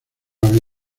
había